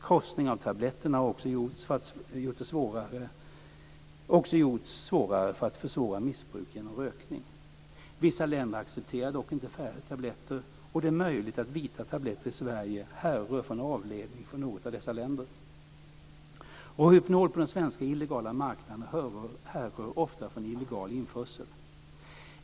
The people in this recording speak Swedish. Krossning av tabletterna har också gjorts svårare för att försvåra missbruk genom rökning. Vissa länder accepterar dock inte färgade tabletter, och det är möjligt att vita tabletter i Sverige härrör från avledning från något av dessa länder. Rohypnol på den svenska illegala marknaden härrör ofta från illegal införsel.